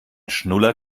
schnuller